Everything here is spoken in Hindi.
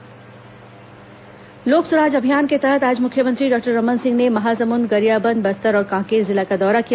लोक सुराज अभियान लोक सुराज अभियान के तहत आज मुख्यमंत्री डॉक्टर रमन सिंह ने महासमुंद गरियाबंद बस्तर और कांकेर जिला का दौरा किया